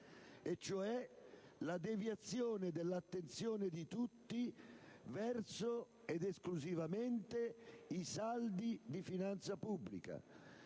cioè la deviazione dell'attenzione di tutti esclusivamente verso i saldi di finanza pubblica,